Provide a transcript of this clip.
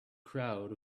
crowd